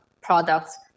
products